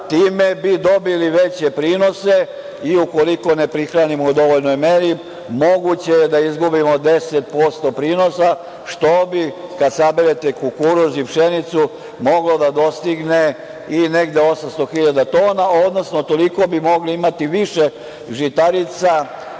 Time bi dobili veće prinose. Ukoliko ne prihranimo u dovoljnoj meri moguće je da izgubimo 10% prinosa, što bi kada sabere kukuruz i pšenicu moglo da dostigne i negde 800.000 tona, odnosno toliko bi mogli imati više žitarica,